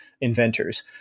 inventors